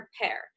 prepare